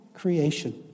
Creation